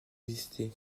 existé